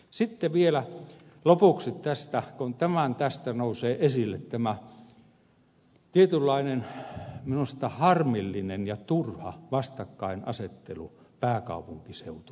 sitten vielä lopuksi tästä kun tämän tästä nousee esille tämä tietynlainen harmillinen ja turha vastakkainasettelu pääkaupunkiseutu ja muu suomi